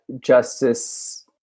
justice